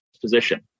position